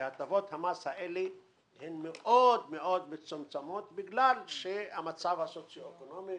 שהטבות המס האלה הן מאוד מאוד מצומצמות בגלל המצב הסוציו אקונומי.